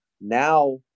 Now